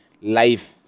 life